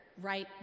right